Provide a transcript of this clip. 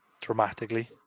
dramatically